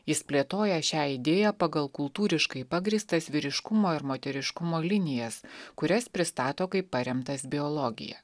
jis plėtoja šią idėją pagal kultūriškai pagrįstas vyriškumo ir moteriškumo linijas kurias pristato kaip paremtas biologija